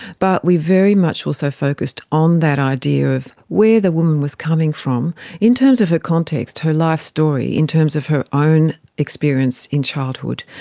but we very much also focused on that idea of where the woman was coming from in terms of her context, her life story, in terms of her own experience in childhood,